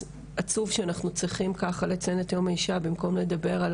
עצוב שאנחנו צריכים ככה לציין את יום האישה במקום לדבר על